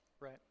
right